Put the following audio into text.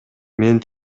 мен